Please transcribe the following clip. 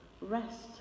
Rest